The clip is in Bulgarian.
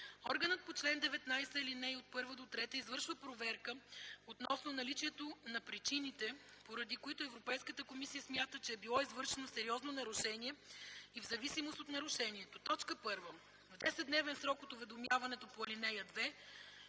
Органът по чл. 19, ал. 1-3 извършва проверка относно наличието на причините, поради които Европейската комисия смята, че е било извършено сериозно нарушение, и в зависимост от нарушението: 1. в 10-дневен срок от уведомяването по ал. 2: